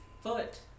foot